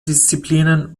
disziplinen